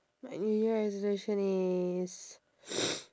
my new year resolution is